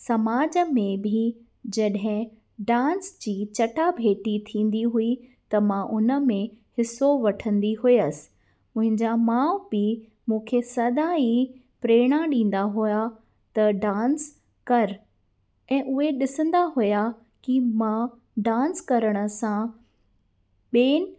समाज में बि जॾहिं डांस जी चटाभेटी थींदी हुई त मां उनमें हिस्सो वठंदी हुयसि मुंहिंजा माउ पीउ मूंखे सदाई प्रेरणा ॾींदा हुआ त डांस कर ऐं उहे ॾिसंदा हुया की मां डांस करण सां ॿेन